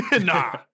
Nah